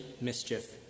mischief